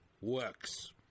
Works